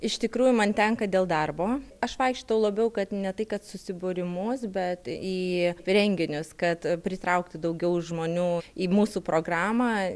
iš tikrųjų man tenka dėl darbo aš vaikštau labiau kad ne tai kad susibūrimus bet į renginius kad pritraukti daugiau žmonių į mūsų programą